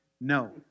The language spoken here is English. No